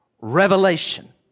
revelation